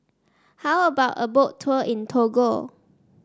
how about a Boat Tour in Togo